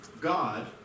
God